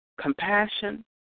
compassion